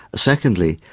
secondly,